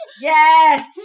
Yes